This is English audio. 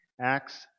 Acts